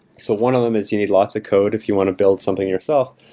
so one of them is you need lots of code if you want to build something yourself.